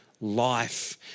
Life